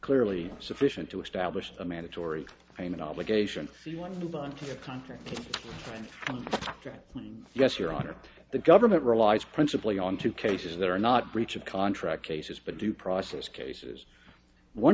clearly sufficient to establish a mandatory i'm an obligation the one move on to a contract and yes your honor the government relies principally on two cases that are not breach of contract cases but due process cases one